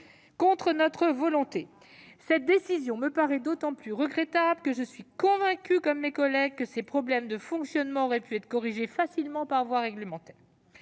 contre notre volonté. Cette décision me paraît d'autant plus regrettable que je suis convaincue, avec mes collègues, que les problèmes de fonctionnement de la commission auraient pu être corrigés facilement par voie réglementaire.